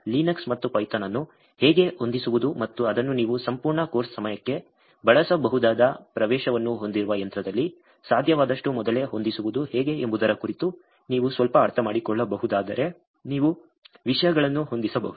Linux ಮತ್ತು Python ಅನ್ನು ಹೇಗೆ ಹೊಂದಿಸುವುದು ಮತ್ತು ಅದನ್ನು ನೀವು ಸಂಪೂರ್ಣ ಕೋರ್ಸ್ ಸಮಯಕ್ಕೆ ಬಳಸಬಹುದಾದ ಪ್ರವೇಶವನ್ನು ಹೊಂದಿರುವ ಯಂತ್ರದಲ್ಲಿ ಸಾಧ್ಯವಾದಷ್ಟು ಮೊದಲೇ ಹೊಂದಿಸುವುದು ಹೇಗೆ ಎಂಬುದರ ಕುರಿತು ನೀವು ಸ್ವಲ್ಪ ಅರ್ಥಮಾಡಿಕೊಳ್ಳಬಹುದಾದರೆ ನೀವು ವಿಷಯಗಳನ್ನು ಹೊಂದಿಸಬಹುದು